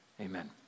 amen